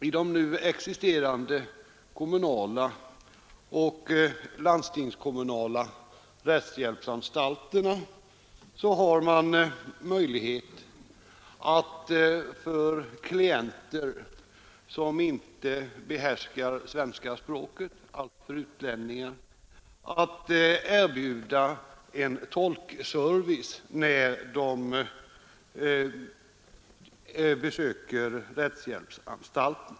I de nu existerande kommunala och landstingskommunala rättshjälpsanstalterna har man möjlighet att för klienter som inte behärskar svenska språket — alltså för utlänningar — erbjuda en tolkservice när de besöker rättshjälpsanstalter.